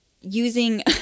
using